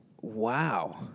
Wow